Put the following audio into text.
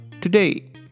today